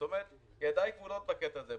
זאת אומרת, ידיי כבולות בקטע הזה.